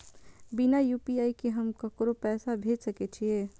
बिना यू.पी.आई के हम ककरो पैसा भेज सके छिए?